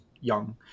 young